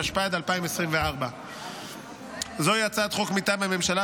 התשפ"ד 2024. זוהי הצעת חוק מטעם הממשלה,